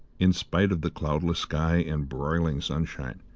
in spite of the cloudless sky and broiling sunshine,